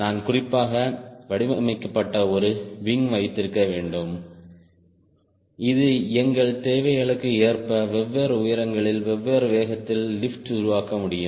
நான் குறிப்பாக வடிவமைக்கப்பட்ட ஒரு விங் வைத்திருக்க வேண்டும் இது எங்கள் தேவைகளுக்கு ஏற்ப வெவ்வேறு உயரங்களில் வெவ்வேறு வேகத்தில் லிப்ட் உருவாக்க முடியும்